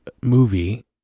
movie